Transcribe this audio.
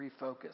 refocus